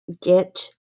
get